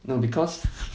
you because